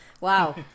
wow